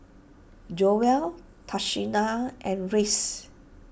Joell Tashina and Rhys